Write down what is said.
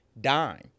dime